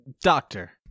Doctor